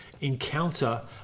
encounter